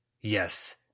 Yes